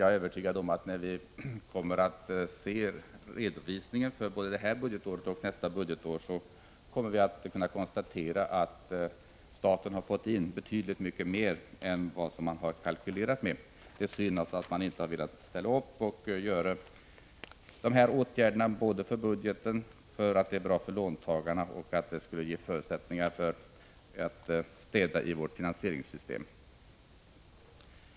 Jag är övertygad om att vi när vi ser redovisningen för både innevarande och nästa budgetår kommer att kunna konstatera att staten har fått in betydligt mera än vad som varit kalkylerat. Det är därför synd att man inte velat ställa upp och vidta de föreslagna budgetmässiga åtgärderna, som skulle vara bra både för låntagarna och för statskassan och ge förutsättningar att städa upp i vårt finansieringssystem.